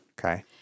Okay